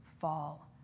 fall